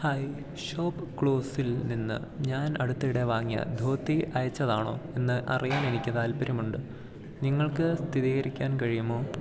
hi ഷോപ്പ്ക്ലൂസിൽ നിന്ന് ഞാൻ അടുത്തിടെ വാങ്ങിയ ധോതി അയച്ചതാണോ എന്നറിയാൻ എനിക്ക് താൽപ്പര്യമുണ്ട് നിങ്ങൾക്ക് സ്ഥിരീകരിക്കാൻ കഴിയുമോ